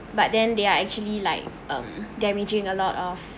but then they are actually like um damaging a lot of